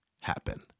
happen